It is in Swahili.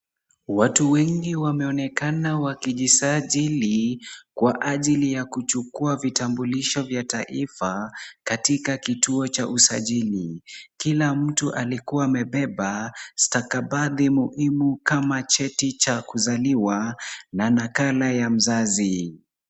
Watu wengi wameonekana wakijisajili kwa ajili, ya kuchukua vitambulisho vya taifa, katika kituo cha usajili. Kila mtu alikuwa amebeba stakabadhi muhimu kama cheti cha kuzaliwa na nakala ya mzazi.